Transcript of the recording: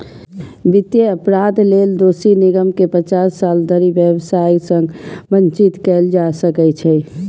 वित्तीय अपराध लेल दोषी निगम कें पचास साल धरि व्यवसाय सं वंचित कैल जा सकै छै